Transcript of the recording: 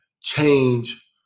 change